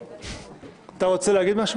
משהו?